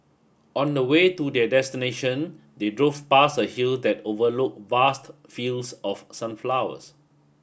on the way to their destination they drove past a hill that overlook vast fields of sunflowers